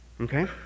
Okay